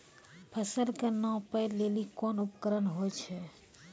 फसल कऽ नापै लेली कोन उपकरण होय छै?